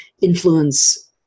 influence